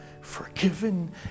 forgiven